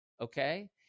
okay